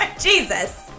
Jesus